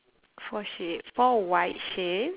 four sheep four white sheep~